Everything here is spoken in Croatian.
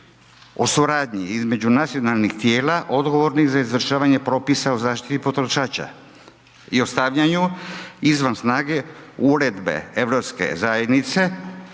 suradnji između nacionalnih tijela odgovornih za izvršavanje propisa o zaštiti potrošača i o stavljanju izvan snage Uredbe (EZ) br.